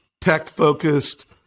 tech-focused